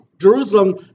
Jerusalem